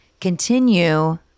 continue